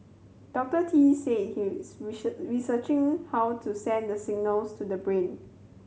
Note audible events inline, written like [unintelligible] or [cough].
Doctor Tee said he is [unintelligible] researching how to send the signals to the brain